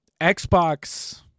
Xbox